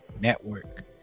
Network